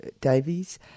Davies